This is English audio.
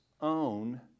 own